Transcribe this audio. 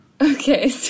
Okay